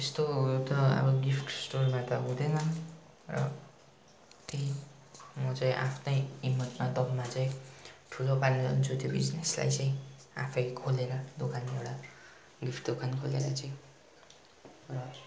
त्यस्तो उयो त अब गिफ्ट स्टोरमा त हुँदैन र त्यही म चाहिँ आफ्नै हिम्मतमा दममा चाहिँ ठुलो पारेर जान्छु त्यो बिजनेसलाई चाहिँ आफै खोलेर दोकान एउटा गिफ्ट दोकान खोलेर चाहिँ र